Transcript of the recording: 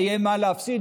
להפך,